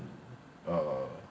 uh